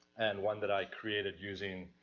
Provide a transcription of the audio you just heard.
and one that i created using,